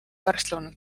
pärastlõunal